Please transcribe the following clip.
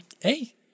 hey